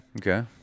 Okay